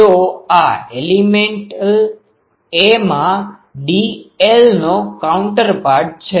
તો આ elemental a માં dl નો કાઉન્ટર પાર્ટ છે